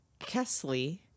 Kesley